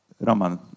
Roman